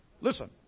Listen